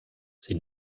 sie